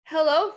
Hello